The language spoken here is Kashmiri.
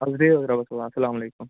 اَدٕ حظ بِہِو حظ رۄبس حَوال اَسَلام علیکُم